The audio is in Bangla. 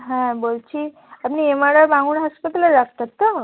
হ্যাঁ বলছি আপনি এমআরআর বাঙুর হাসপাতালের ডাক্তার তো